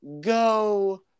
go